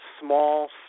small